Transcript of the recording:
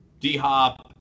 D-Hop